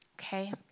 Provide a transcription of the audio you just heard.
Okay